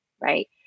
right